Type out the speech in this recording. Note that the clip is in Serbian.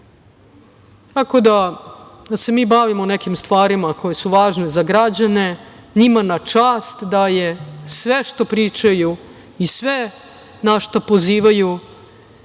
tako da se mi bavimo nekim stvarima koje su važne za građane. Njima na čast sve što pričaju i sve na šta pozivaju